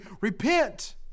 repent